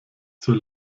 zur